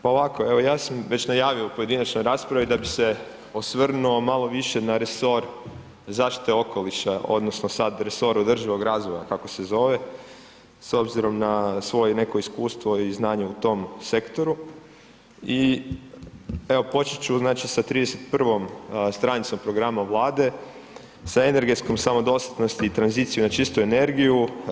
Pa ovako, evo ja sam već najavio u pojedinačnoj raspravi da bi se osvrnuo malo više na resor zaštite okoliša odnosno sad resor održivog razvoja kako se zove s obzirom na svoje neko iskustvo i znanje u tom sektoru i evo počet ću znači sa 31. stranicom programa vlade, sa energetskom samodostatnosti i tranziciju na čistu energiju.